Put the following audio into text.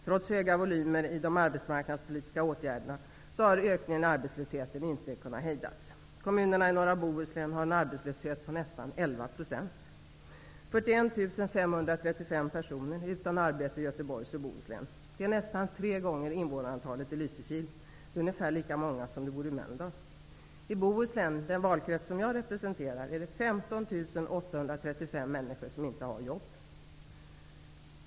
Trots höga volymer i de arbetsmarknadspolitiska åtgärderna har ökningen i arbetslösheten inte kunnat hejdas. Kommunerna i norra Bohuslän har en arbetslöshet på nästan 11 %. Bohus län. Det motsvarar nästan tre gånger invånarantalet i Lysekil. Det är ungefär lika många som bor i Mölndal. I Bohuslän, den valkrets som jag representerar, är det 15 835 människor som inte har jobb.